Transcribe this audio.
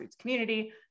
community